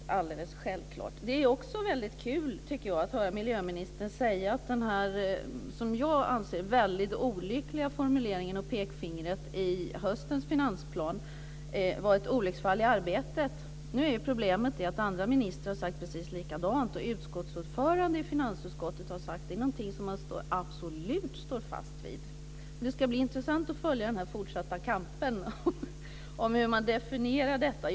Jag tycker också att det är väldigt kul att höra miljöministern kalla den som jag anser väldigt olyckliga formuleringen och pekpinnen i höstens finansplan ett olycksfall i arbetet. Problemet är att andra ministrar har sagt precis så som det stod i den. Ordföranden i finansutskottet har sagt att man absolut står fast vid den formuleringen. Det ska bli intressant att följa den fortsatta kampen om hur det här ska definieras.